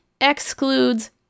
excludes